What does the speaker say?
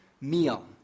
meal